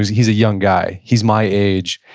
he's a young guy. he's my age,